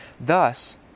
Thus